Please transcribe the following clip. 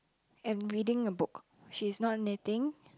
and reading a book she's not knitting